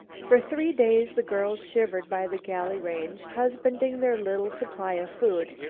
for three days the girls shivered by the galley range, husbanding their little supply of food,